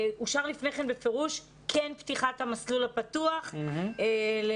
אושר לפני כן בפירוש: כן פתיחת המסלול הפתוח לעל-תיכוני.